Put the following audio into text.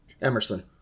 emerson